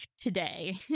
today